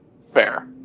fair